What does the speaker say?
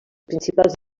principals